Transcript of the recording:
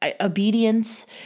obedience